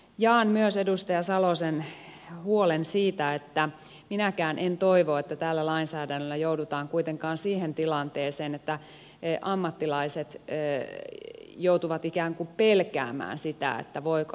jaan myös edustaja salosen huolen siitä että minäkään en toivo että tällä lainsäädännöllä joudutaan kuitenkaan siihen tilanteeseen että ammattilaiset joutuvat ikään kuin pelkäämään sitä voiko rajoitustoimia käyttää